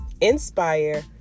inspire